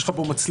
יש לך בו מצלמה,